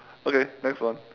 okay next one